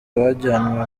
bajyanwe